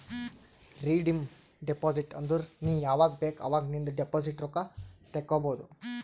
redeem deposit ಅಂದುರ್ ನೀ ಯಾವಾಗ್ ಬೇಕ್ ಅವಾಗ್ ನಿಂದ್ ಡೆಪೋಸಿಟ್ ರೊಕ್ಕಾ ತೇಕೊಬೋದು